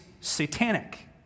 satanic